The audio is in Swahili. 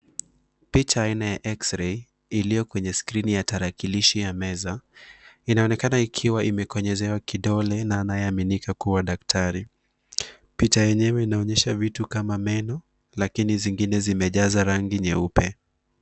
Picha aina ya X-ray iliyo kwenye tarakilishi ya meza, inaonekana kuwa ime konyezewa na anaye aminika kuwa daktari. Picha enyewe ina onyesha vitu kama meno lakini zingine zimejaza rangi nyeupe.